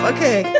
Okay